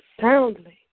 soundly